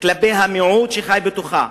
כלפי המיעוט שחי בתוכה,